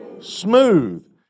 Smooth